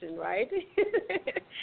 right